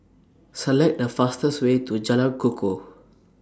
Select The fastest Way to Jalan Kukoh